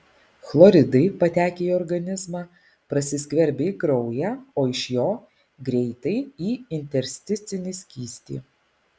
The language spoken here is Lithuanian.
chloridai patekę į organizmą prasiskverbia į kraują o iš jo greitai į intersticinį skystį